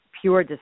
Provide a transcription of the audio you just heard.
pure